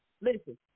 listen